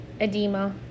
edema